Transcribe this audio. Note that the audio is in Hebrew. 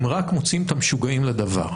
אם רק מוצאים את המשוגעים לדבר.